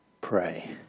pray